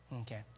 Okay